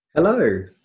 Hello